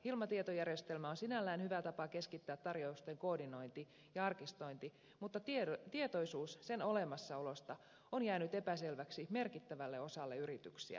hilma tietojärjestelmä on sinällään hyvä tapa keskittää tarjousten koordinointi ja arkistointi mutta tietoisuus sen olemassaolosta on jäänyt epäselväksi merkittävälle osalle yrityksiä